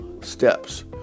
steps